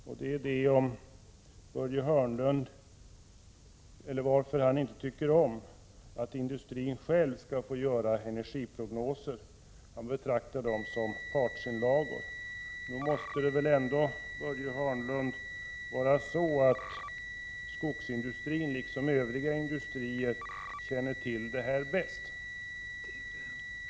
Varför tycker inte Börje Hörnlund om att industrin själv får göra energiprognoser? Han betraktar dem som partsinlagor. Nog måste det väl ändå, Börje Hörnlund, vara så att skogsindustrin liksom övriga industrier känner till det här bäst?